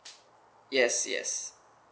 yes yes